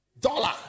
dollar